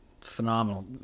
phenomenal